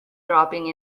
dropping